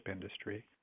industry